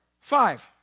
five